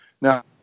Now